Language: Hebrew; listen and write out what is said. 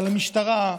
על המשטרה,